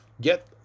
Get